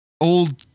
old